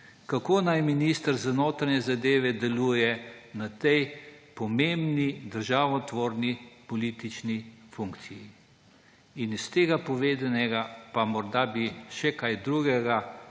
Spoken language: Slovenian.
kako naj minister za notranje zadeve deluje na tej pomembni državotvorni politični funkciji. Iz vsega povedanega pa morda bi še kaj drugega,